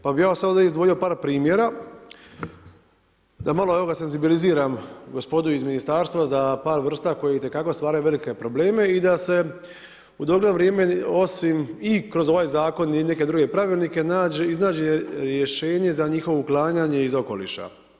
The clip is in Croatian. Pa bi ja sad ovdje izdvojio par primjera, da malo, evo, senzibiliziram gospodu iz ministarstva, za par vrsta koji itekako stvaraju velike probleme i da se u dogledno vrijeme, osim i kroz ovaj zakon i neke druge pravilnike nađe, iznađe rješenje za njihovo uklanjanje iz okoliša.